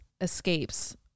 escapes